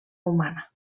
humana